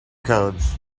codes